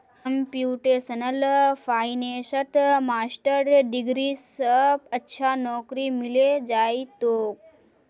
computational फाइनेंसत master degree स अच्छा नौकरी मिले जइ तोक